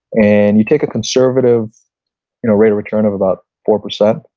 and you take a conservative you know rate of return of about four percent,